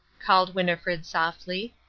called winnifred softly,